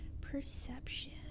Perception